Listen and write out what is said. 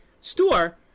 store